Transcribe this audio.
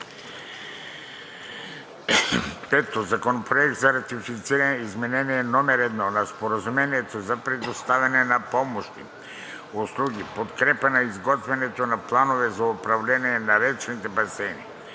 г. 5. Законопроект за ратифициране на Изменение № 1 на Споразумението за предоставяне на помощни услуги в подкрепа на изготвянето на планове за управление на речните басейни